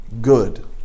good